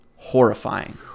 Horrifying